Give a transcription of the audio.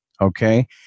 okay